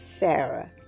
Sarah